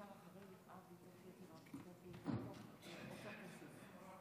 שמעתי בלשכה את הדברים של שר הביטחון.